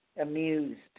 amused